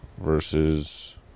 versus